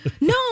No